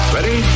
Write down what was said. Ready